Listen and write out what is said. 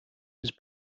was